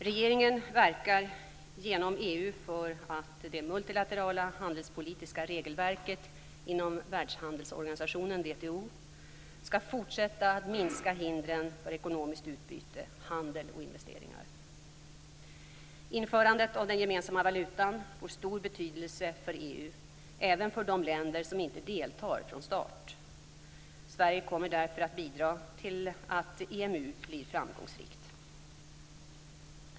Regeringen verkar genom EU för att det multilaterala handelspolitiska regelverket inom Världshandelsorganisationen, WTO, skall fortsätta att minska hindren för ekonomiskt utbyte, handel och investeringar. Införandet av den gemensamma valutan får stor betydelse för EU, även för de länder som inte deltar från start. Sverige kommer därför att bidra till att EMU blir framgångsrikt.